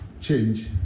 change